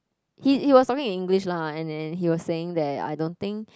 he he was talking in English lah and and he was saying that I don't think